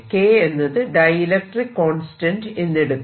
K എന്നത് dielectric constant എന്ന് എടുക്കാം